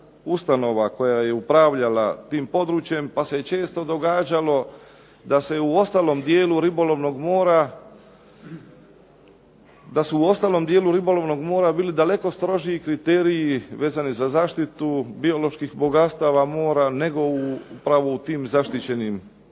ustanova koja je upravljala tim područjem pa se često događalo da se i u ostalom dijelu ribolovnog mora bili daleko strožiji kriteriji vezanih za zaštitu bioloških bogatstava mora nego upravo u tim zaštićenim dijelovima